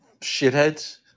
shitheads